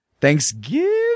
Thanksgiving